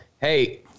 hey